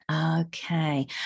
Okay